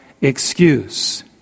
excuse